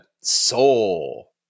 soul